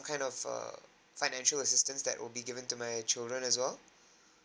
kind of uh financial assistance that will be given to my children as well